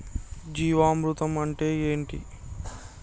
జీవామృతం అంటే ఏంటి?